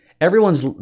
everyone's